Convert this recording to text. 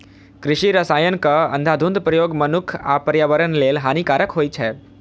कृषि रसायनक अंधाधुंध प्रयोग मनुक्ख आ पर्यावरण लेल हानिकारक होइ छै